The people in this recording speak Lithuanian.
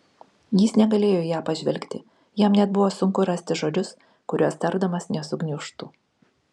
jis negalėjo į ją pažvelgti jam net buvo sunku rasti žodžius kuriuos tardamas nesugniužtų